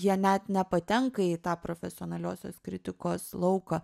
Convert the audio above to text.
jie net nepatenka į tą profesionaliosios kritikos lauką